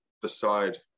decide